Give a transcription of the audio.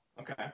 okay